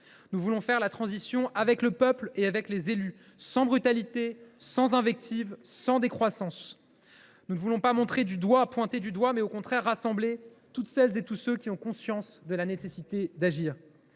Nous voulons faire la transition avec le peuple et avec les élus, sans brutalité, sans invectives, sans décroissance. Nous ne voulons montrer du doigt personne. Au contraire, il nous faut rassembler toutes celles et tous ceux qui ont conscience de la nécessité d’agir.